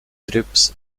trips